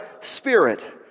Spirit